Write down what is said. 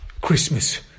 Christmas